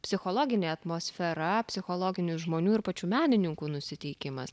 psichologinė atmosfera psichologinis žmonių ir pačių menininkų nusiteikimas